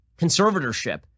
conservatorship